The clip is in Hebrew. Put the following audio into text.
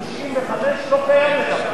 אז מה לגבי אלה שהתחילו לפני?